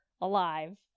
alive